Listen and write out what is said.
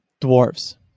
dwarves